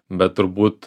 bet turbūt